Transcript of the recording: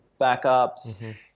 backups